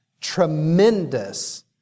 tremendous